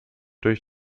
durch